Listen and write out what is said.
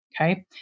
Okay